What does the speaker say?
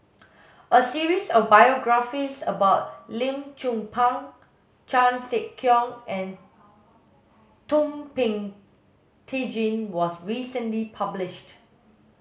a series of biographies about Lim Chong Pang Chan Sek Keong and Thum Ping Tjin was recently published